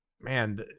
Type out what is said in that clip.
man